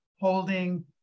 holding